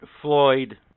floyd